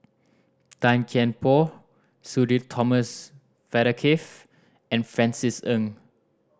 Tan Kian Por Sudhir Thomas Vadaketh and Francis Ng